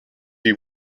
die